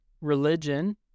religion